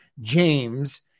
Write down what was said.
James